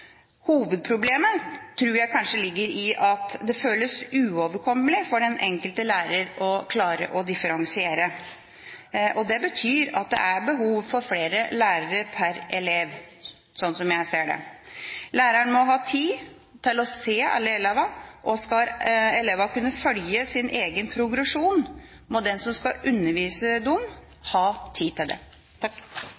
Hovedproblemet tror jeg kanskje ligger i at det føles uoverkommelig for den enkelte lærer å klare å differensiere. Det betyr at det er behov for flere lærere per elev, slik jeg ser det. Læreren må ha tid til å se alle elevene. Skal elevene kunne følge sin egen progresjon, må den som skal undervise,